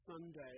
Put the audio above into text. Sunday